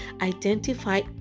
Identify